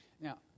Now